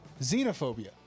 Xenophobia